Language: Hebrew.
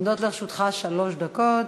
עומדות לרשותך שלוש דקות.